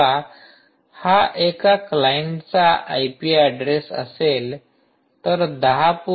१६ हा एका क्लाईंटचा आय पी ऍड्रेस असेल तर १०